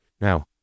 Now